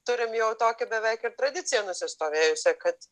turim jau tokią beveik ir tradiciją nusistovėjusią kad